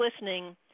listening